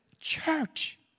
Church